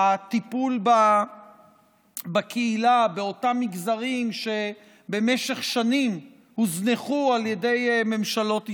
הטיפול בקהילה באותם מגזרים שבמשך שנים הוזנחו על ידי ממשלות ישראל,